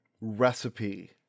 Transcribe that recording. recipe